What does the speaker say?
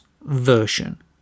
version